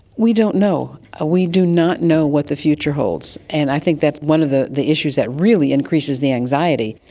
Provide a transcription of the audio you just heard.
we don't know. ah we do not know what the future holds, and i think that's one of the the issues that really increases the anxiety.